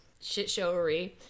shitshowery